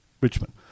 Richmond